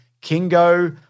Kingo